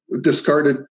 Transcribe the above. discarded